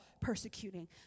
persecuting